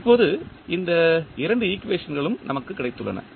இப்போது இந்த இரண்டு ஈக்குவேஷன்களும் நமக்கு கிடைத்துள்ளன